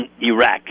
iraq